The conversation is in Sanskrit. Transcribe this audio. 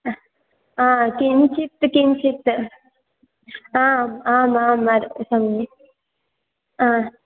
आ किञ्चित् किञ्चित् आम् आममाम् समये आम्